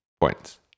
points